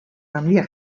handiak